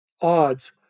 odds